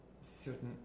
Certain